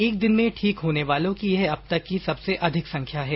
एक दिन में ठीक होने वालों की यह अब तक की सबसे अधिक संख्या है